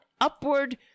upward